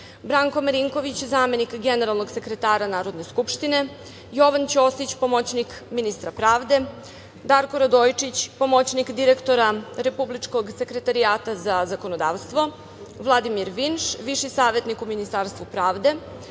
Branko Marinković, zamenik generalnog sekretara Narodne skupštine, Jovan Ćosić, pomoćnik ministra pravde, Darko Radojičić, pomoćnik direktora Republičkog sekretarijata za zakonodavstvo, Vladimir Vinš, viši savetnik u Ministarstvu pravde,